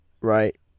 right